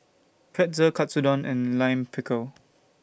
Pretzel Katsudon and Lime Pickle